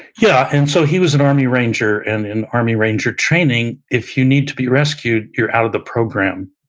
yeah. and so he was an army ranger, and in army ranger training if you need to be rescued, you're out of the program.